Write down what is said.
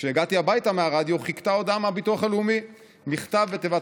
כשהגעתי הביתה מהרדיו" חיכתה הודעה מהביטוח הלאומי: "מכתב בתיבת